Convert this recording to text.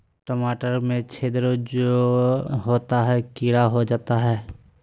टमाटर में छिद्र जो होता है किडा होता है?